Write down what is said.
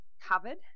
covered